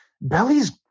Belly's